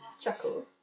Chuckles